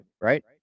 right